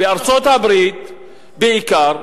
בארצות-הברית בעיקר,